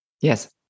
Yes